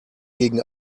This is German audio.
gegen